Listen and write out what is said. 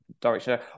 direction